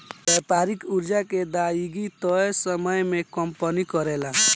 व्यापारिक कर्जा के अदायगी तय समय में कंपनी करेले